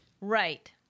Right